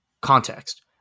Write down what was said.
Context